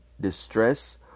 distress